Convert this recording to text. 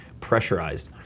pressurized